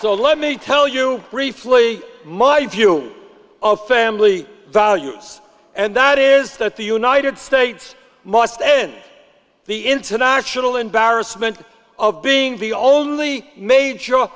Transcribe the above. old let me tell you briefly my view of family values and that is that the united states must end the international embarrassment of being the only made sure